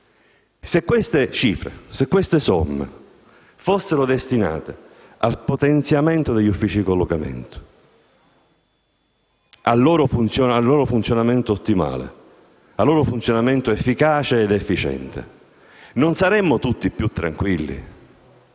cento. Mi chiedo: se queste somme fossero destinate al potenziamento degli uffici di collocamento e al loro funzionamento ottimale, efficace ed efficiente, non saremmo tutti più tranquilli?